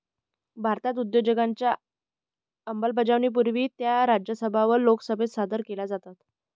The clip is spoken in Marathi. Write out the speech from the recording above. भारतात योजनांच्या अंमलबजावणीपूर्वी त्या राज्यसभा व लोकसभेत सादर केल्या जातात